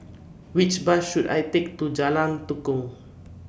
Which Bus should I Take to Jalan Tukong